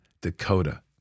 Dakota